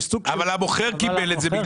אבל המוכר קיבל את זה.